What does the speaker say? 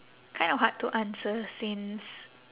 kind of hard to answer since